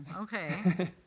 okay